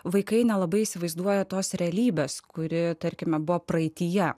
vaikai nelabai įsivaizduoja tos realybės kuri tarkime buvo praeityje